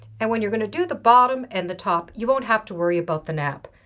and when you're going to do the bottom and the top you won't have to worry about the nap.